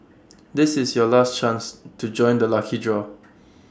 this is your last chance to join the lucky draw